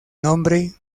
nombre